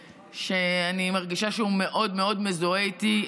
שאני מרגישה שהוא מאוד מאוד מזוהה איתי,